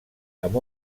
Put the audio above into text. amb